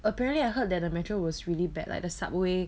apparently I heard that the metro was really bad like the subway